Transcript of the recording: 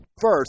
First